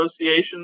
association